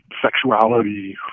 sexuality